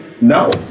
no